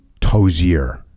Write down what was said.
tozier